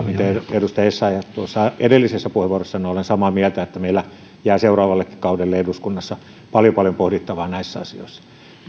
edustaja es sayah tuossa edellisessä puheenvuorossaan sanoi olen samaa mieltä että meillä jää seuraavallekin kaudelle eduskunnassa paljon paljon pohdittavaa näissä asioissa